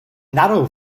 narrow